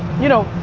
you know,